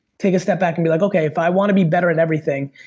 take a step back and be like okay, if i wanna be better at everything,